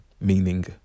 meaning